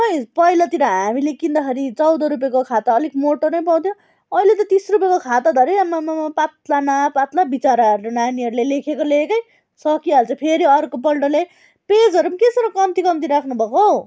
खोई पहिलातिर हामीले किन्दाखेरि चौध रुपियाँको खाता अलिक मोटो नै पाउँथ्यो अहिले त तिस रुपियाँको खाताधरि आम्मामामा पात्ला न पात्ला विचराहरू नानीहरूले लेखेको लेखेकै सकिहाल्छ फेरि अर्कोपल्ट ल्यायो पेजहरू पनि के साह्रो कम्ती कम्ती राख्नुभएको हौ